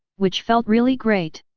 which felt really great.